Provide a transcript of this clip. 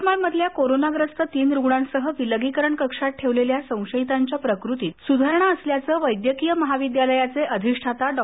यवतमाळमधल्या कोरोनाग्रस्त तीन रुग्णांसह विलगीकरण कक्षात ठेवलेल्या संशयितांच्या प्रकृतीत सुधारणा असल्याचं वैद्यकीय महाविद्यालयाचे अधिष्ठाता डॉ